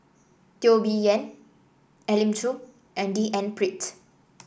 Teo Bee Yen Elim Chew and D N Pritt